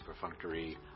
perfunctory